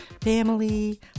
family